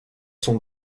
sont